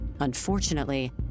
Unfortunately